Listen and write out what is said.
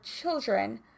children